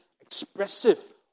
expressive